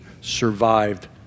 survived